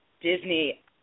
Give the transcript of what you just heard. Disney